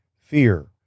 fear